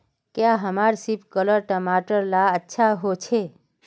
क्याँ हमार सिपकलर टमाटर ला अच्छा होछै?